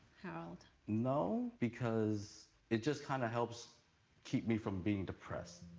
harold? no, because it just kind of helps keep me from being depressed.